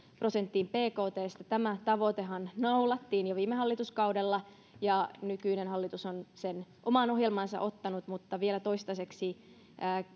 prosenttiin bktsta tämä tavoitehan naulattiin jo viime hallituskaudella ja nykyinen hallitus on sen omaan ohjelmaansa ottanut mutta vielä toistaiseksi